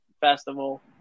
festival